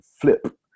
flip